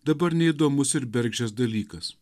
dabar neįdomus ir bergždžias dalykas